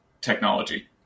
technology